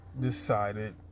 decided